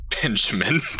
Benjamin